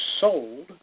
sold